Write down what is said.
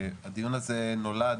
הדיון הזה נולד